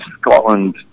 Scotland